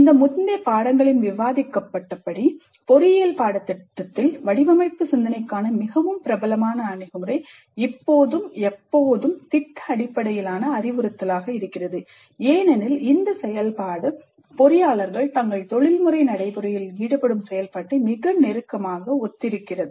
இந்த முந்தைய பாடங்களில் விவாதிக்கப்பட்டபடி பொறியியல் பாடத்திட்டத்தில் வடிவமைப்பு சிந்தனைக்கான மிகவும் பிரபலமான அணுகுமுறை இப்போதும் எப்போதும் திட்ட அடிப்படையிலான அறிவுறுத்தலாக இருக்கிறது ஏனெனில் இந்த செயல்பாடு பொறியாளர்கள் தங்கள் தொழில்முறை நடைமுறையில் ஈடுபடும் செயல்பாட்டை மிக நெருக்கமாக ஒத்திருக்கிறது